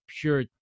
pure